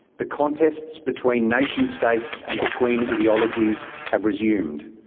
the contests between nation-states and between ideologies have resumed.